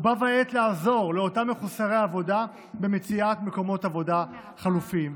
ובה בעת לעזור לאותם מחוסרי העבודה במציאת מקומות עבודה חלופיים.